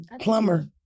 plumber